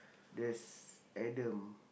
there's Adam